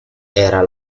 era